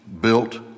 built